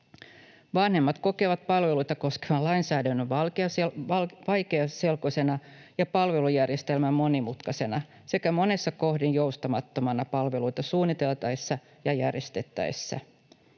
Vanhemmat kokevat palveluita koskevan lainsäädännön vaikeaselkoisena ja palvelujärjestelmän monimutkaisena sekä monessa kohdin joustamattomana palveluita suunniteltaessa ja järjestettäessä.